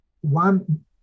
one